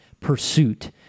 pursuit